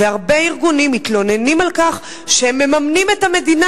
הרבה ארגונים מתלוננים על כך שהם מממנים את המדינה,